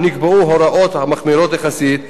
נקבעו הוראות מחמירות יחסית,